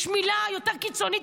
יש מילה יותר קיצונית,